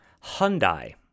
Hyundai